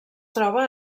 troba